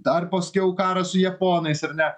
dar paskiau karas su japonais ar ne